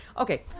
Okay